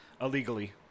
illegally